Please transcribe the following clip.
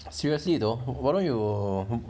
seriously why don't you